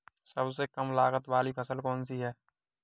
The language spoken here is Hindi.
सबसे कम लागत वाली फसल कौन सी है?